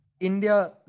India